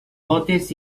botes